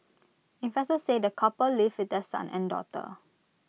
investors say the couple live with their son and daughter